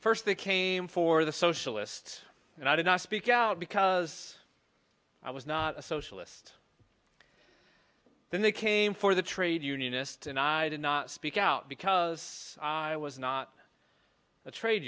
first they came for the socialists and i did not speak out because i was not a socialist then they came for the trade unionists and i did not speak out because i was not a trade